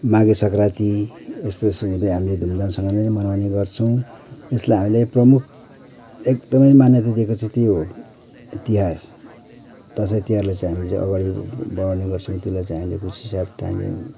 माघे सङ्क्रान्ति यस्तो यस्तो यस्तो हुदैँ हामीले धुमधामसँगले नै मनाउने गर्छौँ यसलाई हामीले प्रमुख एकदमै मान्यता दिएको चाहिँ त्यो हो तिहार दसैँ तिहारलाई चाहिँ हामीले चाहिँ अगाडि बढाउने गर्छौँ त्यसलाई चाहिँ हामीले खुसी साथ हामीले